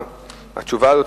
אומנם התשובה הזאת,